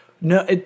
no